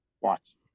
Watch